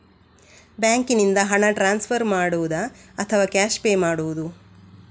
ಬ್ಯಾಂಕಿನಿಂದ ಹಣ ಟ್ರಾನ್ಸ್ಫರ್ ಮಾಡುವುದ ಅಥವಾ ಕ್ಯಾಶ್ ಪೇ ಮಾಡುವುದು?